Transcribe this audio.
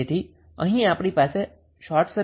તેથી અહીં આપણી પાસે શોર્ટ સર્કિટ કરંટ 𝑖𝑠𝑐 છે